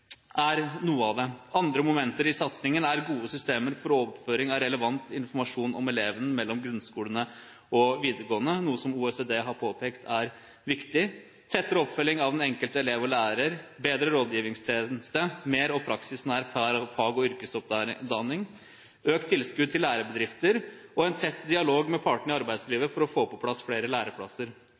er noe av det. Andre momenter i satsingen er gode systemer for overføring av relevant informasjon om eleven mellom grunnskolen og videregående, noe OECD har påpekt er viktig, tettere oppfølging av den enkelte elev og lærling, bedre rådgivningstjeneste, mer og praksisnær fag- og yrkesutdanning, økt tilskudd til lærebedrifter og en tett dialog med partene i arbeidslivet for å få på plass flere læreplasser.